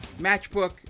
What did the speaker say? matchbook